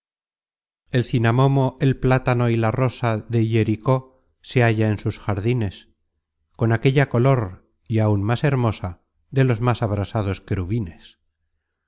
el cinamomo el plátano y la rosa de hiericó se halla en sus jardines con aquella color y aun más hermosa de los más abrasados querubines